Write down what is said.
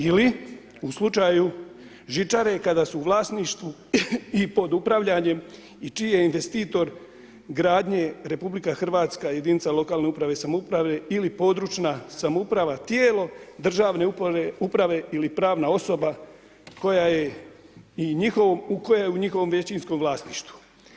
Ili u slučaju žičare kada su u vlasništvu i pod upravljanjem i čiji je investitor gradnje RH jedinica lokalne uprave i samouprave ili područna samouprava, tijelo državne uprave ili pravna osoba koja je i njihovom, koja je u njihovom većinskom vlasništvu.